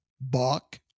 Bach